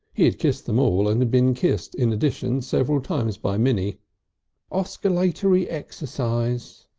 he had kissed them all and had been kissed in addition several times by minnie oscoolatory exercise.